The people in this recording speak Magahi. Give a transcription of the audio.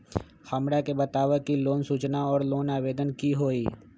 हमरा के बताव कि लोन सूचना और लोन आवेदन की होई?